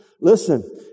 Listen